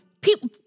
People